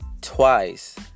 twice